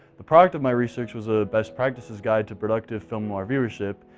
the product of my research was a best practices guide to productive film noir viewership,